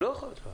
לא יכול.